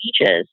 beaches